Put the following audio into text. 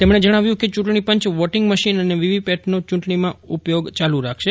તેમણે જણાવ્યું કે ચૂંટણીપંચ વોટિંગ મશીન અને વીવીપેટનો ચૂંટણીમાં ઉપયોગ ચાલુ રાખે